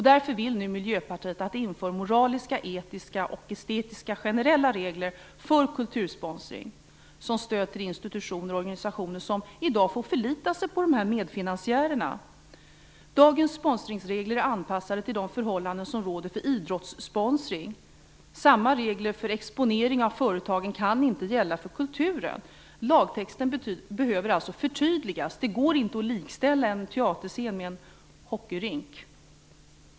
Därför vill nu Miljöpartiet att det införs generella moraliska, etiska och estetiska regler för kultursponsring, som stöd för institutioner och organisationer som i dag får förlita sig på medfinansiärer i form av sponsorer. Dagens sponsringsregler är anpassade till de förhållanden som råder för idrottssponsring. Samma regler för exponering av företagen kan inte gälla för kulturen. Lagtexten behöver därför förtydligas. Det går inte att likställa en teaterscen med en hockeyrink.